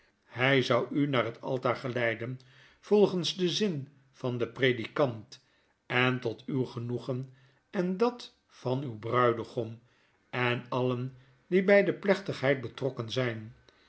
hij zou u naar het altaargeleiden volgens den zin van den predikant en tot uw genoegen en dat van uw bruidegom en alien die bij de plechtigheid betrokken zijn